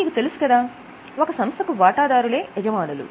మీకు తెలుసు కదా ఒక సంస్థకు వాటాదారులే యజమానులు